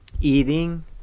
eating